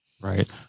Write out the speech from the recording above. Right